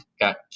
got